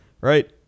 Right